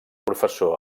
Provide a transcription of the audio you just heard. professor